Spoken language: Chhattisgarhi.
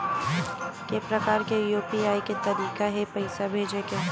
के प्रकार के यू.पी.आई के तरीका हे पईसा भेजे के?